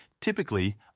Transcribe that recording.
Typically